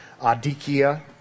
adikia